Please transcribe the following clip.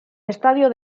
estadio